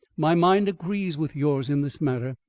my mind agrees with yours in this matter.